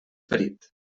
ferit